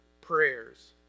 prayers